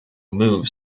move